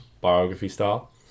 biography-style